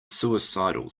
suicidal